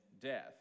death